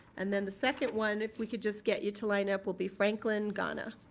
and then the second one, if we could just get you to line up, will be franklin ghana.